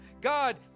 God